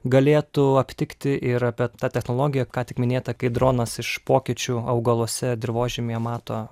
galėtų aptikti ir apie tą technologiją ką tik minėtą kai dronas iš pokyčių augaluose dirvožemyje mato